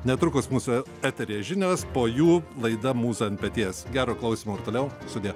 netrukus mūsų eteryje žinios po jų laida mūza ant peties gero klausymo ir toliau sudie